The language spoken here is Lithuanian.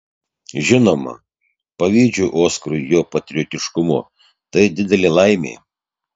žinoma pavydžiu oskarui jo patriotiškumo tai didelė laimė